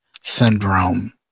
syndrome